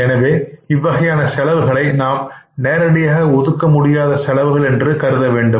எனவே இவ்வகையான செலவுகளை நாம் நேரடியாக ஒதுக்க முடியாத செலவுகள் என்று கருத வேண்டும்